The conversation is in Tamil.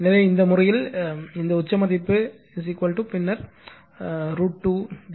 எனவே இந்த முறையில் இந்த உச்ச மதிப்பு பின்னர் √ 2 வி